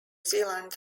zealand